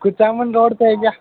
Kuchaman road पर है क्या